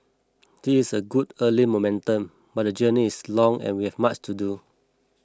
this is a good early momentum but the journey is long and we have much to do